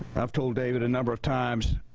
have told david a number of times,